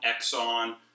Exxon